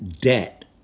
debt